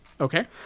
Okay